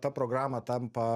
ta programa tampa